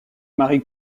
marie